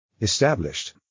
established